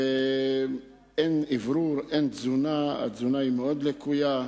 אין אוורור ואין תזונה, התזונה מאוד לקויה.